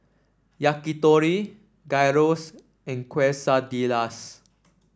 Yakitori Gyros and Quesadillas